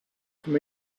from